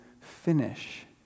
finish